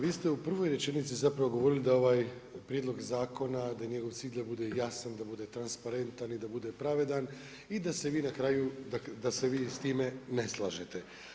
Vi ste u prvoj rečenici zapravo govorili da ovaj prijedlog zakona, da je njegov cilj da bude jasan, da bude transparentan i da bude pravedan i da se vi na kraju, da se vi s time ne slažete.